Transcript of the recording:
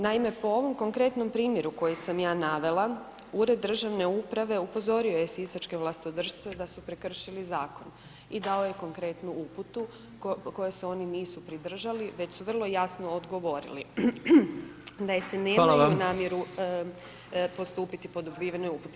Naime, po ovom konkretnom primjeru koji sam ja navela, Ured državne uprave upozorio je sisačke vlastodršce da su prekršili zakon i dao je konkretnu uputu koje se oni nisu pridržali, već su vrlo jasno odgovorili da [[Upadica: Hvala vam]] nemaju namjeru postupiti po dobivenoj uputi.